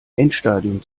endstadium